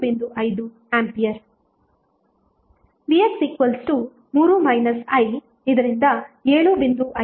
5 A vx 3 i 7